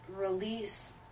release